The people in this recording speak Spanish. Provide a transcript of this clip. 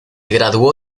graduó